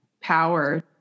power